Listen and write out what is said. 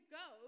go